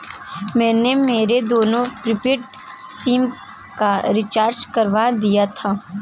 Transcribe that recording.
मैंने मेरे दोनों प्रीपेड सिम का रिचार्ज करवा दिया था